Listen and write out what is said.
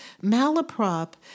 malaprop